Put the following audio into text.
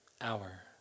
hour